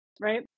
right